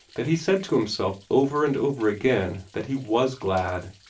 that he said to himself over and over again that he was glad.